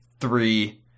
three